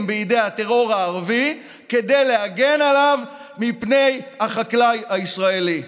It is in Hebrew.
בידי הטרור הערבי כדי להגן עליו מפני החקלאי הישראלי.